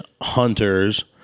hunters